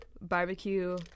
barbecue